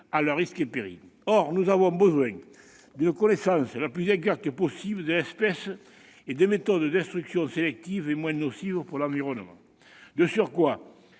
à leurs risques et périls. Or nous avons besoin d'une connaissance la plus exacte possible de l'espèce et de méthodes de destruction sélectives et moins nocives pour l'environnement. De surcroît,